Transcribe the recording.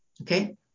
Okay